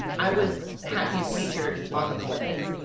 i was the happiest teacher on the planet.